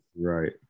right